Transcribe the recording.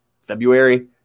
February